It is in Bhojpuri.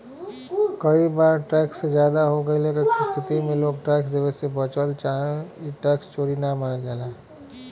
कई बार टैक्स जादा हो गइले क स्थिति में लोग टैक्स देवे से बचल चाहन ई टैक्स चोरी न मानल जाला